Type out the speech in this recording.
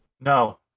no